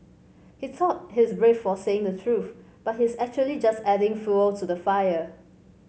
he thought he's brave for saying the truth but he's actually just adding fuel to the fire